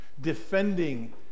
defending